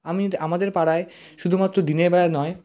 আমি যদি আমাদের পাড়ায় শুধুমাত্র দিনের বেলা নয়